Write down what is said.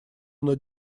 над